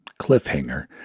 cliffhanger